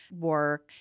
work